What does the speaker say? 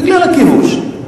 בגלל הכיבוש.